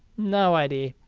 no idea.